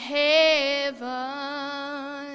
heaven